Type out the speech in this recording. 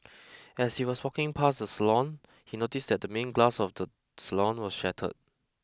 as he was walking past the salon he noticed that the main glass of the salon was shattered